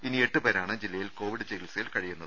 ഇനി എട്ടു പേരാണ് ജില്ലയിൽ കോവിഡ് ചികിത്സയിൽ കഴിയുന്നത്